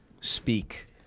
speak